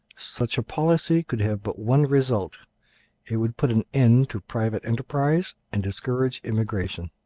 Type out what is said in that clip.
such a policy could have but one result it would put an end to private enterprise and discourage immigration.